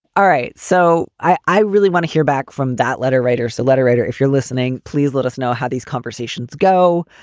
all right. so i really want to hear back from that letter writer. so letter writer, if you're listening, please let us know how these conversations go.